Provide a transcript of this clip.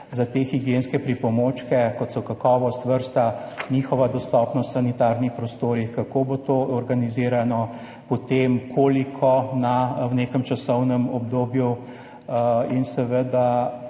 za te higienske pripomočke, kot so kakovost, vrsta, njihova dostopnost v sanitarnih prostorih, kako bo to organizirano, potem koliko v nekem časovnem obdobju.